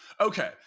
Okay